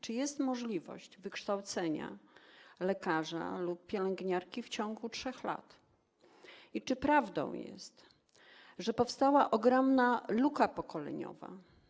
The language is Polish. Czy jest możliwość wykształcenia lekarza lub pielęgniarki w ciągu 3 lat i czy prawdą jest, że powstała ogromna luka pokoleniowa?